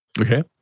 Okay